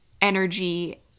energy